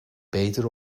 betere